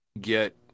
get